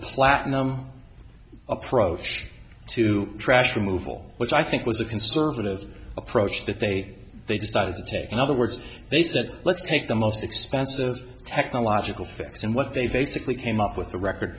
platinum approach to trash removal which i think was a conservative approach that they they decided to take in other words they said let's take the most expensive technological fix and what they basically came up with the record